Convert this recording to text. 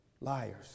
liars